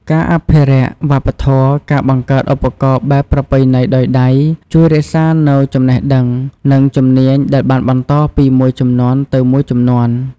ការអភិរក្សវប្បធម៌ ការបង្កើតឧបករណ៍បែបប្រពៃណីដោយដៃ ជួយរក្សាទុកនូវចំណេះដឹង និងជំនាញដែលបានបន្តពីជំនាន់មួយទៅជំនាន់មួយ។